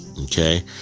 Okay